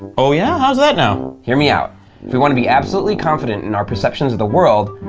oh, yeah? how's that now? hear me out. if we want to be absolutely confident in our perceptions of the world,